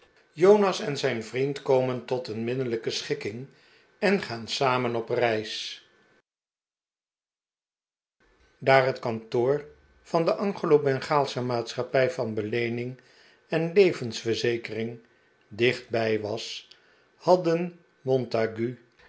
jonas en zijn vriend komen tot een minnelijke schikking en gaan samen op reis daar het kantoor van de anglo bengaalsehe maatschappij van beleening en levensverzekering dichtbij was hadden montague